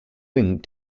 wing